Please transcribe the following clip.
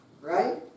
Right